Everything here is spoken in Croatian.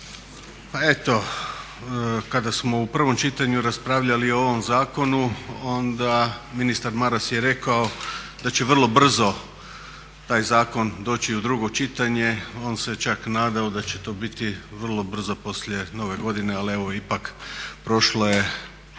Pa eto kada smo u prvom čitanju raspravljali o ovom zakonu onda ministar Maras je rekao da će vrlo brzo taj zakon doći u drugo čitanje. On se čak nadao da će to biti vrlo brzo poslije Nove godine, ali evo ipak prošlo je